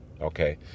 Okay